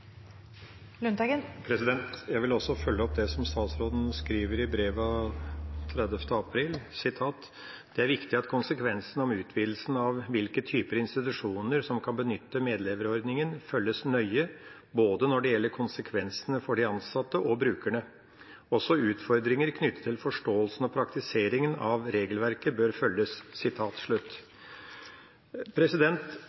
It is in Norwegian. Jeg vil også følge opp det som statsråden skriver i brevet av 30. april – jeg siterer: «Det er viktig at konsekvensene av utvidelsen av hvilke type institusjoner som kan benytte medleverordning følges nøye, både når det gjelder konsekvensene for de ansatte og brukerne. Også utfordringer knyttet til forståelsen og praktiseringen av regelverket bør følges.»